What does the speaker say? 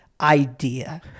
idea